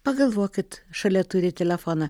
pagalvokit šalia turit telefoną